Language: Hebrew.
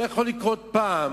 זה יכול לקרות פעם